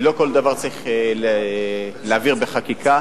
כי לא כל דבר צריך להעביר בחקיקה,